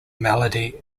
melody